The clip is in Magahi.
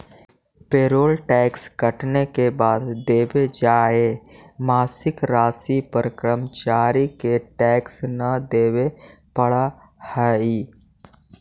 पेरोल टैक्स कटने के बाद देवे जाए मासिक राशि पर कर्मचारि के टैक्स न देवे पड़ा हई